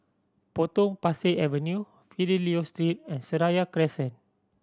Potong Pasir Avenue Fidelio Street and Seraya Crescent